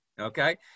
okay